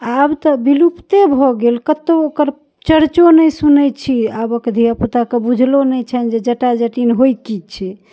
आब तऽ विलुप्ते भऽ गेल कत्तौ ओकर चर्चो नहि सुनै छियै आबक धिआपुताके बुझलो नहि छनि जटा जटिन होइ की छै